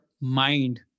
mind